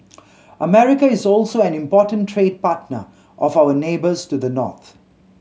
America is also an important trade partner of our neighbours to the north